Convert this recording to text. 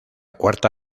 cuarta